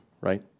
right